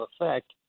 effect